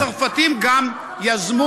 גם הצרפתים יזמו,